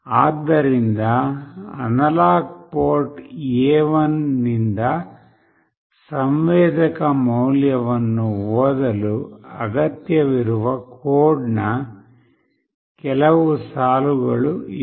ಆದ್ದರಿಂದ analogue port A1 ನಿಂದ ಸಂವೇದಕ ಮೌಲ್ಯವನ್ನು ಓದಲು ಅಗತ್ಯವಿರುವ ಕೋಡ್ನ ಕೆಲವು ಸಾಲುಗಳು ಇವು